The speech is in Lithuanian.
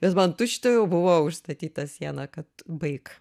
nes man tučtuojau buvo užstatyta siena kad baik